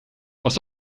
pas